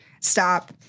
Stop